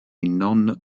non